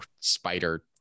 spider